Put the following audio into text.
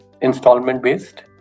installment-based